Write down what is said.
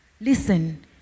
Listen